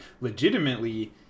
legitimately